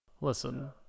Listen